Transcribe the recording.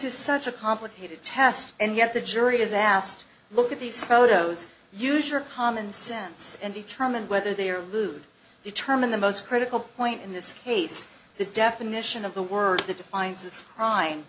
is such a complicated test and yet the jury is asked look at these photos usurer common sense and determine whether they are lewd determine the most critical point in this case the definition of the word that defines its fine